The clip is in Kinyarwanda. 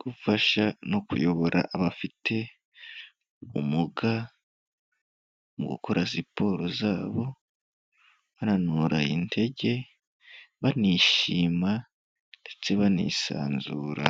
Gufasha no kuyobora abafite ubumuga, mu gukora siporo zabo, bananura intege banishima ndetse banisanzura